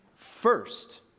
First